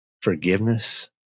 forgiveness